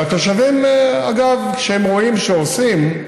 והתושבים, אגב, כשהם רואים שעושים,